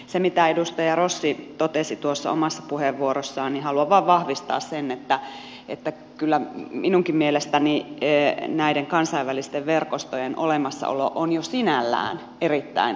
siitä mitä edustaja rossi totesi omassa puheenvuorossaan haluan vain vahvistaa sen että kyllä minunkin mielestäni näiden kansainvälisten verkostojen olemassaolo on jo sinällään erittäin arvokasta